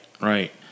right